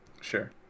sure